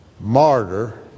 martyr